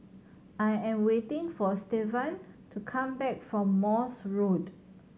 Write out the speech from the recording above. I am waiting for Stevan to come back from Morse Road